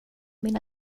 min